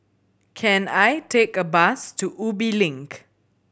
can I take a bus to Ubi Link